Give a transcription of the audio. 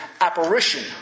apparition